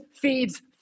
feeds